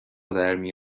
درمی